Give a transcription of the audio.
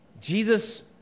Jesus